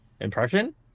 impression